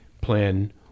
plan